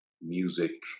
music